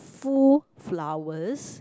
full flowers